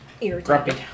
irritated